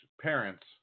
parents